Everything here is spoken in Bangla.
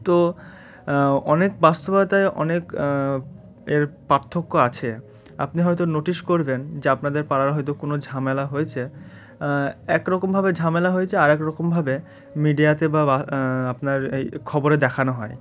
তো অনেক বাস্তবতায় অনেক এর পার্থক্য আছে আপনি হয়তো নোটিস করবেন যে আপনাদের পাড়ার হয়তো কোনো ঝামেলা হয়েছে এক রকমভাবে ঝামেলা হয়েছে আরেক রকমভাবে মিডিয়াতে বা আপনার এই খবরে দেখানো হয়